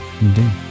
Indeed